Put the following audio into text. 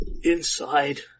inside